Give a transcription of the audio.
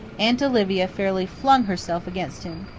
aunt olivia fairly flung herself against him.